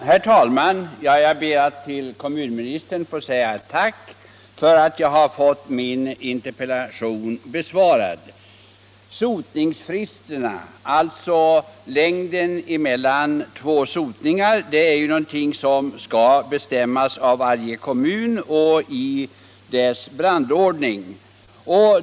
Herr talman! Jag ber att till kommunministern få säga ett tack för att jag har fått min interpellation besvarad. Sotningsfristerna, alltså tidrymden mellan två sotningar, är någonting som skall bestämmas av varje kommun i dess brandordning.